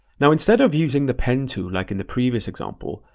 now instead of using the pen tool like in the previous example,